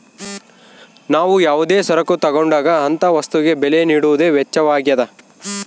ನಾವು ಯಾವುದೇ ಸರಕು ತಗೊಂಡಾಗ ಅಂತ ವಸ್ತುಗೆ ಬೆಲೆ ನೀಡುವುದೇ ವೆಚ್ಚವಾಗ್ಯದ